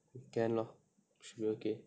can lor should be okay